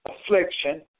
affliction